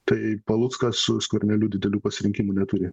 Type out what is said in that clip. tai paluckas su skverneliu didelių pasirinkimų neturi